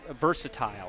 versatile